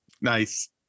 Nice